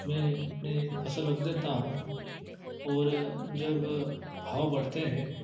मैं अपने फसल रख देता हूँ और जब भाव बढ़ते हैं